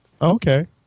Okay